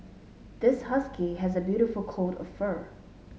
this husky has a beautiful coat of fur